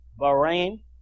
Bahrain